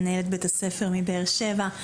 מנהלת בית הספר מבאר שבע.